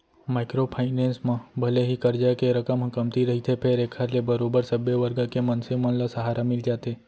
micro finance म भले ही करजा के रकम ह कमती रहिथे फेर एखर ले बरोबर सब्बे वर्ग के मनसे मन ल सहारा मिल जाथे